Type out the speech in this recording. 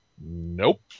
Nope